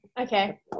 Okay